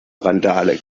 randale